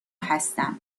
هستم